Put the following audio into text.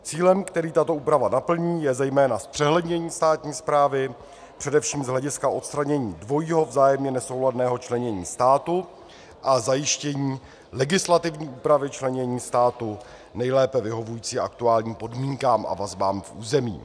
Cílem, který tato úprava naplní, je zejména zpřehlednění státní správy především z hlediska odstranění dvojího vzájemně nesouladného členění státu a zajištění legislativní úpravy členění státu nejlépe vyhovujícím aktuálním podmínkám a vazbám k území.